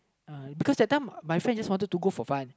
uh because that time my friend just wanted to go for fun